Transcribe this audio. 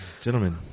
Gentlemen